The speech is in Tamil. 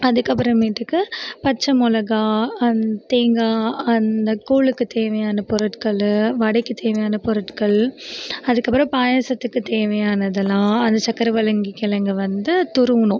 அதுக்கப்புறமேட்டுக்கு பச்சை மிளகா தேங்காய் அந்த கூழுக்கு தேவையான பொருட்கள் வடைக்கு தேவையான பொருட்கள் அதுக்கப்புறம் பாயாசத்துக்கு தேவையானதெலாம் அந்த சர்க்கவள்ளி கிழங்க வந்து துருவணும்